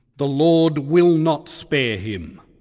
the lord will not spare him,